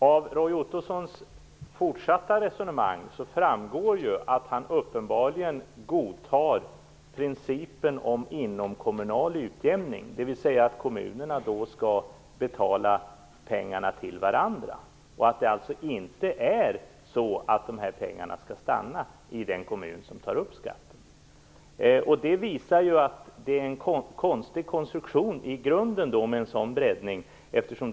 Av Roy Ottossons fortsatta resonemang framgår att han uppenbarligen godtar principen om inomkommunal utjämning, dvs. att kommunerna skall betala pengar till varandra och att det alltså inte är så att dessa pengar skall stanna i den kommun som tar upp dem. Det visar att en sådan breddning i grunden är en konstig konstruktion.